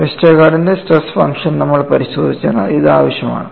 വെസ്റ്റർഗാർഡിന്റെ stress function നമ്മൾ പരിശോധിച്ചതിനാൽ ഇത് ആവശ്യമാണ്